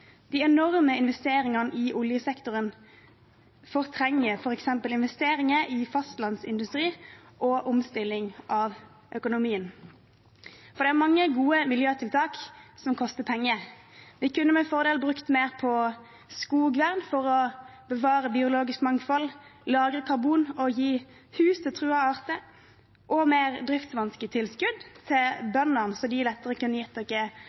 De enorme investeringene i oljesektoren fortrenger f.eks. investeringer i fastlandsindustri og omstilling av økonomien. For det er mange gode miljøtiltak som koster penger. Vi kunne med fordel brukt mer på skogvern for å bevare biologisk mangfold, lagre karbon, beskytte truede arter og gi mer driftsvansketilskudd til bøndene, slik at de lettere kunne gi oss lokal, trygg og